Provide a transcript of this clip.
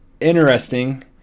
interesting